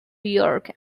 york